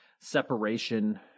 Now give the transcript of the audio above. separation